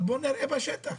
אבל בואו נראה בשטח.